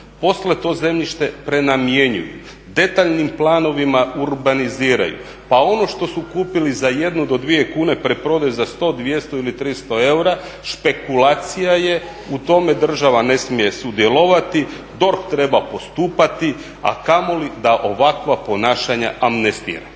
Poslije to zemljište prenamjenjuju, detaljnim planovima urbaniziraju, pa ono što su kupili za jednu do dvije kune preprodaju za 100, 200 ili 300 eura, špekulacija je, u tome država ne smije sudjelovati, DORH treba postupati, a kamoli da ovakva ponašanja amnestira.